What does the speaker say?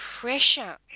pressure